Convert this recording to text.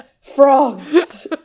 Frogs